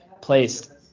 placed